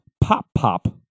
pop-pop